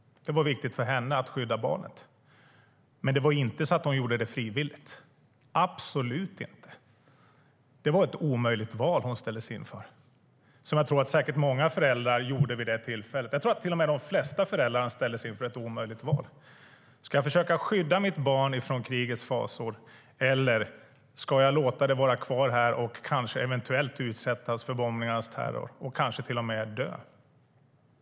Det var viktigt för henne att skydda barnet. Det var inte så att hon gjorde det frivilligt, absolut inte. Det var ett omöjligt val hon ställdes inför som jag tror att säkert många föräldrar ställdes inför vid det tillfället. Jag tror att de flesta föräldrarna ställdes inför ett omöjligt val. Ska jag försöka skydda mitt barn från krigets fasor, eller ska jag låta det vara kvar här och kanske eventuellt utsättas för bombningarnas terror och kanske till och med dö?